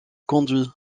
conduit